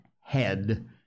head